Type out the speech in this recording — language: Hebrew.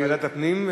לוועדת הפנים,